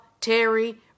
Terry